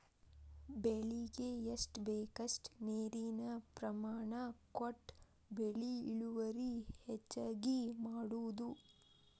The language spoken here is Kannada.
ಬೆಳಿಗೆ ಎಷ್ಟ ಬೇಕಷ್ಟ ನೇರಿನ ಪ್ರಮಾಣ ಕೊಟ್ಟ ಬೆಳಿ ಇಳುವರಿ ಹೆಚ್ಚಗಿ ಮಾಡುದು